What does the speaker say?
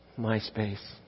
MySpace